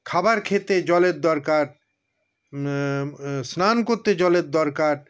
খাবার খেতে জলের দরকার স্নান করতে জলের দরকার